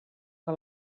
que